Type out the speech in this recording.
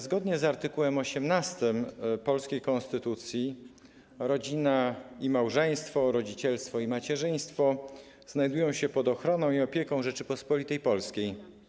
Zgodnie z art. 18 polskiej konstytucji rodzina i małżeństwo, rodzicielstwo i macierzyństwo znajdują się pod ochroną i opieką Rzeczypospolitej Polskiej.